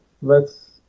lets